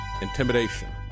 intimidation